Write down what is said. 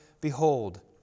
Behold